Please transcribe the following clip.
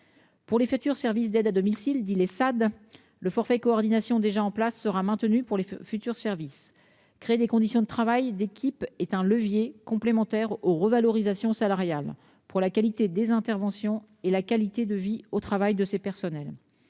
Pour les futurs services d'autonomie à domicile, le forfait coordination déjà en place sera maintenu. Créer les conditions d'un travail en équipe est un levier complémentaire des revalorisations salariales pour la qualité des interventions et la qualité de vie au travail des personnels.